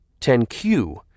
10Q